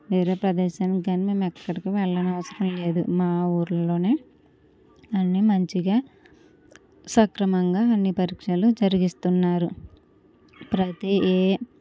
వేరే ప్రదేశం కానీ మేమెక్కడికి వెళ్ళనవసరం లేదు అవసరం లేదు మా ఊర్లోనే అన్ని మంచిగా సక్రమంగా అన్ని పరీక్షలు జరిపిస్తున్నారు ప్రతి ఏ